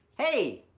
hey,